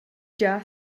gia